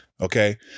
Okay